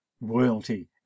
royalty